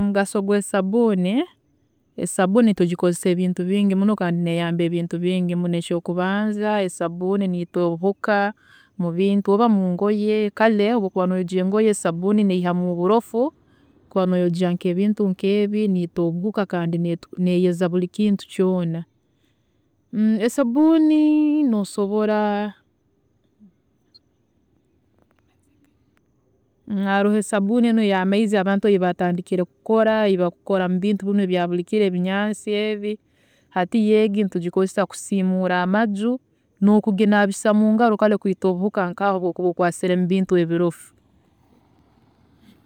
﻿Omugaso gwesabuuni, esabuuni nitugikozesa ebintu bingi muno kandi neyamba ebintu bingi, ekyokubanza esabuuni neyita obuhuka mubintu oba mungoye kare obu okuba noyojya engoye esabuuni neihamu oburofu, obu okuba noyojya nkebintu nkebi neyita obuhuka kandi neyeza buri kintu kyoona, esabuuni nosobora haroho esabuuni enu eyamaizi abantu eyi batandikire kukora, eyi bakukora mubintu binu ebyaburi kiro ebinyansi ebi, hati yo egi nitugikozesa nkokusiimuura amaju nokuginaabiisa mungaro kare kwiita obuhuka nkaaho obu okuba okwaasire mubintu ebirofu